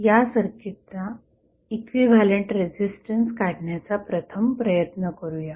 या सर्किटचा equivalent resistance काढण्याचा प्रथम प्रयत्न करूया